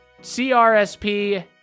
CRSP